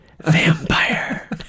Vampire